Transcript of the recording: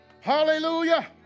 Hallelujah